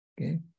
Okay